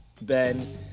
Ben